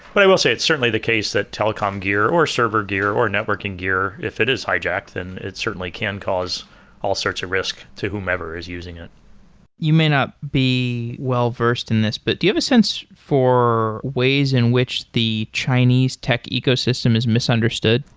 but will say it's certainly the case that telecom gear, or server gear, or networking gear if it is hijacked, then it certainly can cause all sorts of risk to whomever is using it you may not be well-versed in this, but do you have a sense for ways in which the chinese tech ecosystem is misunderstood?